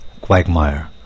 quagmire